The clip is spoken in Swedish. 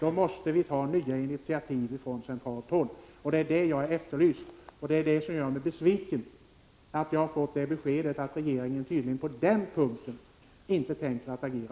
måste det tas nya initiativ från centralt håll, och det är detta jag har efterlyst. Vad som gör mig besviken är beskedet jag fått att regeringen på den punkten tydligen inte tänker agera.